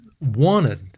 wanted